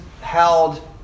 held